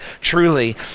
truly